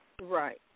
Right